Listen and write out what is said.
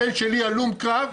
הבן שלי הלום קרב,